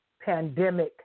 pandemic